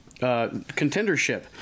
contendership